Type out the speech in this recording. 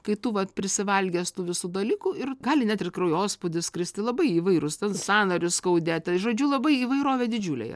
kai tu vat prisivalgęs tų visų dalykų ir gali net ir kraujospūdis kristi labai įvairus ten sąnarius skaudėti žodžiu labai įvairovė didžiulė yra